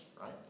right